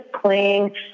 playing